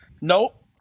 Nope